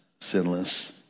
sinless